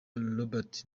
robert